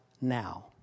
now